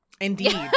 Indeed